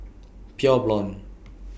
Pure Blonde